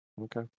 Okay